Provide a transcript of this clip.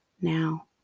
now